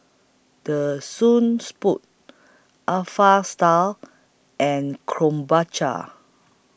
The Soon Spoon Alpha Style and Krombacher